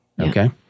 okay